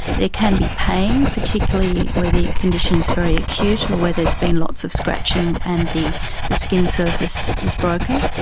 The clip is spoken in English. there can be pain, particularly where the condition is very acute or where there has been lots of scratching and the the skin surface is broken.